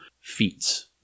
feats